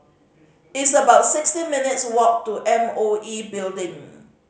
it's about sixteen minutes' walk to M O E Building